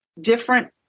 Different